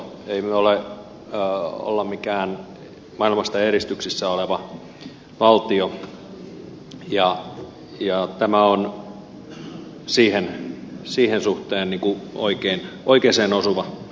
emme ole mikään maailmasta eristyksissä oleva valtio ja tämä on sen suhteen oikeaan osuva lakialoite